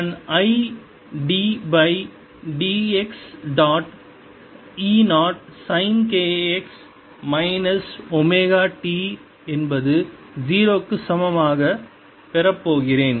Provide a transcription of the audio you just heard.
நான் i d by dx dot E 0 sine k x minus omega t என்பது 0 க்கு சமமாக பெறப்போகிறேன்